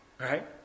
right